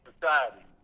society